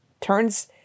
turns